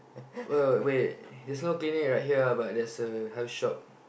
wait wait wait there's no clinic right here ah but there's a health shop